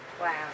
Wow